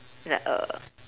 it's like uh